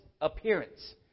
appearance